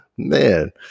Man